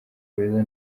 beza